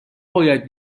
باید